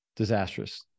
Disastrous